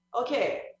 okay